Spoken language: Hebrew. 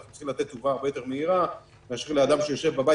צריכים לתת תשובה יותר הרבה מהירה מאשר לאדם שיושב בבית